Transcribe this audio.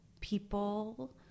people